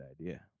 idea